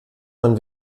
man